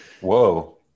Whoa